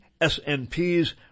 SNPs